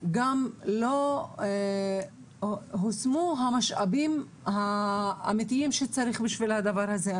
גם לא הושמו המשאבים האמיתיים שצריך בשביל הדבר הזה.